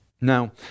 Now